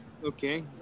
Okay